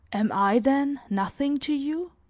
am i, then, nothing to you?